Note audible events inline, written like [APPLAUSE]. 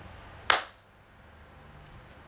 [NOISE]